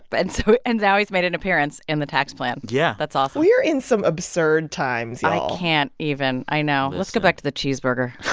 but and so and now he's made an appearance in the tax plan yeah that's awesome we're in some absurd times, y'all i can't even. i know. let's go back to the cheeseburger